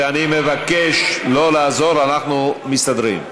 ואני מבקש לא לעזור, אנחנו מסתדרים.